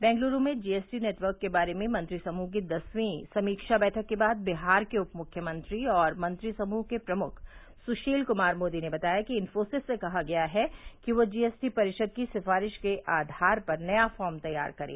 बेंगलुरु में G S T network के बारे में मंत्री समूह की दसवीं समीक्षा बैठक के बाद विहार के उप मुख्यमंत्री और मंत्री समूह के प्रमुख सुशील कुमार मोदी ने बताया कि इंफोसिस से कहा गया है कि वह जी एस टी परिषद की सिफारिश के आधार पर नया फॉर्म तैयार करे